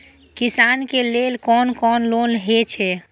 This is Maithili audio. किसान के लेल कोन कोन लोन हे छे?